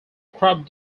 crop